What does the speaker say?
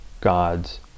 God's